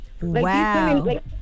Wow